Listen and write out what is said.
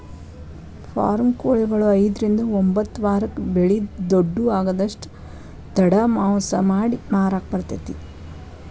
form ಕೊಳಿಗಳು ಐದ್ರಿಂದ ಒಂಬತ್ತ ವಾರಕ್ಕ ಬೆಳಿದ ದೊಡ್ಡು ಆಗುದಷ್ಟ ತಡ ಮಾಂಸ ಮಾಡಿ ಮಾರಾಕ ಬರತೇತಿ